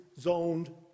zoned